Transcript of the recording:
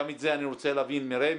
גם את זה אני רוצה להבין מרמ"י.